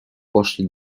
poszli